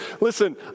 Listen